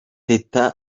tete